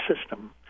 system